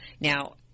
Now